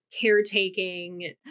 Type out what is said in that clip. caretaking